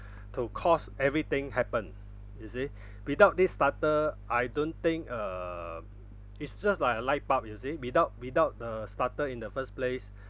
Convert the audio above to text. to cause everything happen you see without this starter I don't think err it's just like a light bulb you see without without uh starter in the first place